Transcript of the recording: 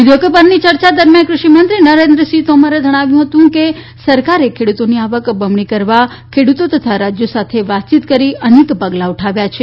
વિધેયકો પરની ચર્ચા દરમિયાન કૃષિ મંત્રી નરેન્દ્રસિંહ તોમરે જણાવ્યું કે સરકારે ખેડુતોની આવક બમણી કરવા ખેડુતો તથા રાજયો સાથે વાતયીત કરી અનેક પગલા ઉઠાવ્યા છે